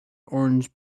orange